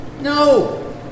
No